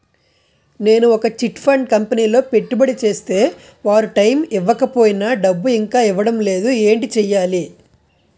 నేను ఒక chit fund కంపెనీలో పెట్టుబడి చేస్తే వారు టైమ్ ఇవ్వకపోయినా డబ్బు ఇంకా ఇవ్వడం లేదు ఏంటి చేయాలి?